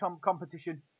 competition